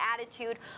attitude